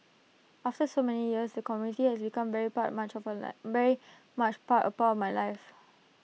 after so many years the community has become very part much of A life very much part upon my life